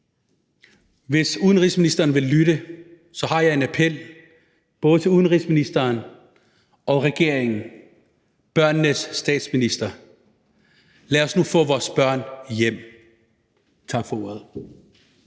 hvis udenrigsministeren vil lytte, så har jeg en appel både til udenrigsministeren, regeringen og børnenes statsminister: Lad os nu få vores børn hjem. Tak for ordet.